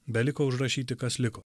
beliko užrašyti kas liko